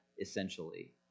essentially